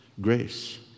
grace